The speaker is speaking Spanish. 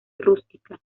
rústica